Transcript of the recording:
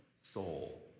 soul